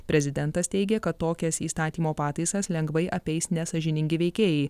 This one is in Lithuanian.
prezidentas teigė kad tokias įstatymo pataisas lengvai apeis nesąžiningi veikėjai